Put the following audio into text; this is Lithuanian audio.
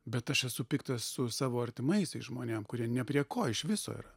bet aš esu piktas su savo artimaisiais žmonėm kurie ne prie ko iš viso yra